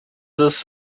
this